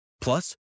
Plus